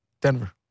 Denver